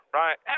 right